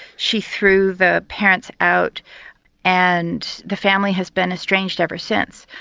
she threw the parents out and the family has been estranged ever since.